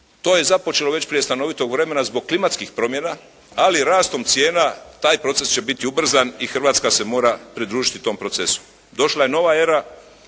To je započelo već prije stanovitog vremena zbog klimatskih promjena, ali rastom cijena taj proces će biti ubrzan i Hrvatska se mora pridružiti tom procesu. Došla je nova era